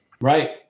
Right